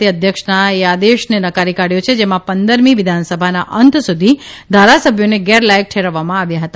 અદાલતે અધ્યક્ષના એ આદેશને નકારી કાઢથો છે જેમાં પંદરમી વિધાનસભાના અંત સુધી ધારાસભ્યોને ગેરલાયક ઠેરવવામાં આવ્યા હતા